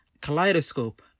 kaleidoscope